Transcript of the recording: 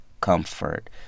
comfort